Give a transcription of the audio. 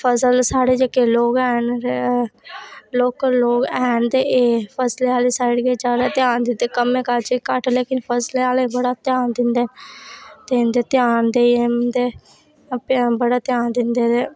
फसल साढ़ै जेह्के लोग हैन लोकल लोग हैन ते एह् फसल आह्ली साइड ' ध्यान दिंदे कम्मै काजै ई घट्ट लेकिन फसलै आह्ले बड़ा ध्यान दिंदे ते ध्यान ते इं'दे आपें बड़ा ध्यान दिंदे ते